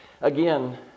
Again